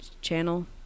channel